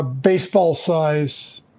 baseball-size